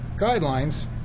guidelines